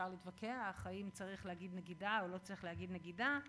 אפשר להתווכח אם צריך או לא צריך להגיד נגידה.